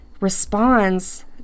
responds